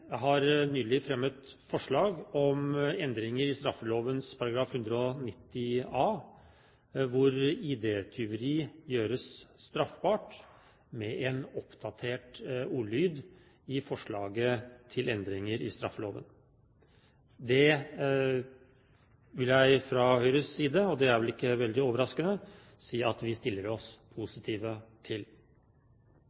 har fremmet forslag om endringer i straffeloven 1902 § 190a, hvor ID-tyveri gjøres straffbart med en oppdatert ordlyd i forslaget til endringer i straffeloven. Det vil jeg fra Høyres side, og det er vel ikke veldig overraskende, si at vi stiller oss